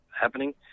happening